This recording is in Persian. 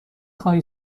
خواهی